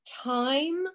time